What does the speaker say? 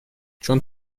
چون